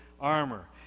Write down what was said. armor